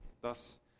Thus